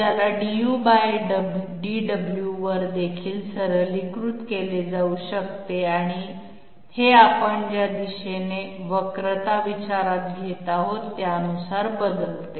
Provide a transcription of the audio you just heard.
ज्याला dudw वर देखील सरलीकृत केले जाऊ शकते आणि हे आपण ज्या दिशेने वक्रता विचारात घेत आहोत त्यानुसार बदलते